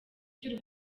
cy’u